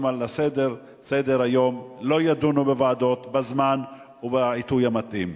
על סדר-היום לא יידונו בוועדות בזמן ובעיתוי המתאים.